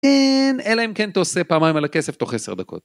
אין, אלא אם כן את עושה פעמיים על הכסף תוך עשר דקות.